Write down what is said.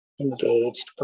engaged